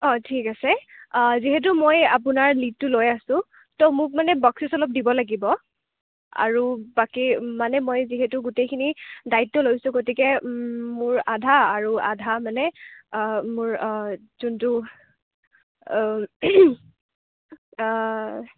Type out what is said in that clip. অঁ ঠিক আছে যিহেতু মই আপোনাৰ লিডটো লৈ আছোঁ ত' মোক মানে বকচিচ অলপ দিব লাগিব আৰু বাকী মানে মই যিহেতু গোটেইখিনি দায়িত্ব লৈছোঁ গতিকে মোৰ আধা আৰু আধা মানে মোৰ যোনটো